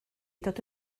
dod